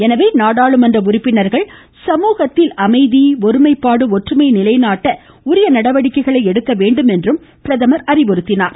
எனவே நாடாளுமன்ற உறுப்பினர்கள் சமூகத்தில் அமைதி ஒருமைப்பாடு ஒற்றுமையை நிலைநாட்ட உரிய நடவடிக்கைகளை எடுக்க வேண்டுமென்று அறிவுறுத்தினார்